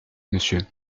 monsieur